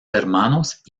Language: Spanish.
hermanos